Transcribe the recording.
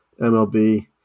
MLB